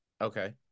Okay